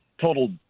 total